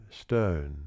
stone